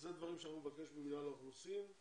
אלה דברים שאנחנו נבקש ממינהל האוכלוסין,